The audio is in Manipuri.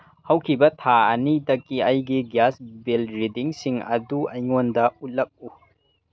ꯍꯧꯈꯤꯕ ꯊꯥ ꯑꯅꯤꯇꯒꯤ ꯑꯩꯒꯤ ꯒ꯭ꯔꯥꯁ ꯕꯤꯜ ꯔꯤꯗꯤꯡꯁꯤꯡ ꯑꯗꯨ ꯑꯩꯉꯣꯟꯗ ꯎꯠꯂꯛꯎ